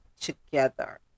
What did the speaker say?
together